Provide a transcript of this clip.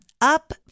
Up